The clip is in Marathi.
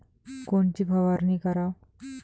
कोनची फवारणी कराव?